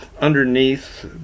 underneath